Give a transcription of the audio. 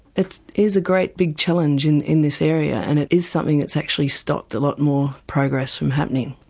it is a great big challenge in in this area and it is something that's actually stopped a lot more progress from happening.